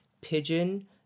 pigeon